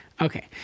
Okay